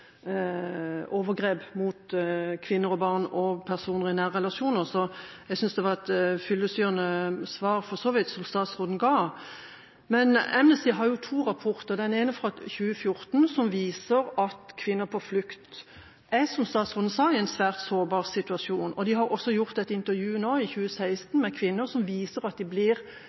overgrep mot kvinner og barn og mot personer i nære relasjoner, så jeg synes for så vidt det var et fyllestgjørende svar som statsråden ga. Men Amnesty har to rapporter, den ene fra 2014, som viser at kvinner på flukt er, som statsråden sa, i en svært sårbar situasjon, og de har også gjort et intervju nå i 2016, med kvinner, som viser at de blir